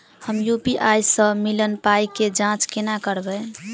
हम यु.पी.आई सअ मिलल पाई केँ जाँच केना करबै?